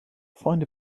find